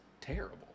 terrible